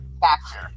factor